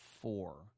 four